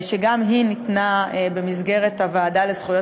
שגם היא ניתנה בישיבת הוועדה לזכויות